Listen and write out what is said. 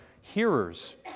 hearers